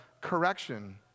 correction